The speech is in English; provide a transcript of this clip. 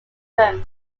them